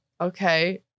okay